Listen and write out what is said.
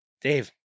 Dave